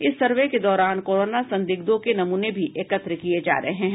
इस सर्वे के दौरान कोरोना संदिग्धों के नमूने भी एकत्र किये जा रहे हैं